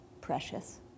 precious